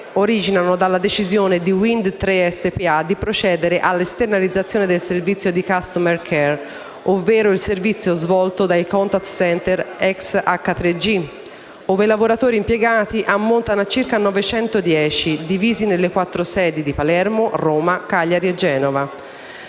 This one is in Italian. originano dalla decisione di Wind Tre SpA di procedere all'esternalizzazione del servizio di *customer* *care* ovvero il servizio svolto dal *contact center* ex H3G, dove i lavoratori impiegati ammontano a circa 910, divisi nelle quattro sedi di Palermo, Roma, Cagliari e Genova.